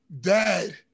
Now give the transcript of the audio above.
dad